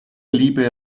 liebe